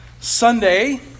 Sunday